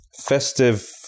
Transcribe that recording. festive